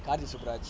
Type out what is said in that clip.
karthik suburaj